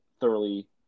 thoroughly